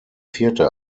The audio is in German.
vierte